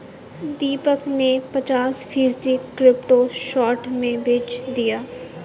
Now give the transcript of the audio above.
दीपक ने पचास फीसद क्रिप्टो शॉर्ट में बेच दिया